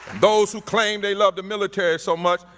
those who claim they love the military so much,